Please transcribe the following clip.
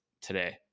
today